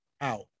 out